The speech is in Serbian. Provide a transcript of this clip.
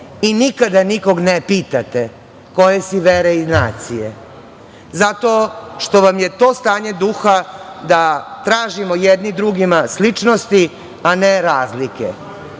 i nikada nikoga ne pitate koje si vere i nacije zato što vam je to stanje duha da tražimo jedni drugima sličnosti, a ne razlike.